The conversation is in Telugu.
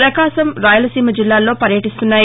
పకాశం రాయలసీమ జిల్లాల్లో పర్యటిస్తున్నాయి